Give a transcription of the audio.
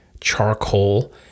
charcoal